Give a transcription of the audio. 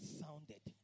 sounded